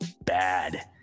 Bad